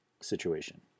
situation